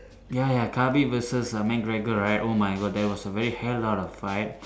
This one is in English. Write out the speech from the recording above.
ya ya Khabib versus err McGregor right oh my God that was a very hell of a fight